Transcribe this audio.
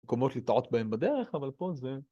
מקומות לטעות בהם בדרך, אבל פה זה...